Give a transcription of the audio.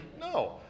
No